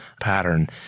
pattern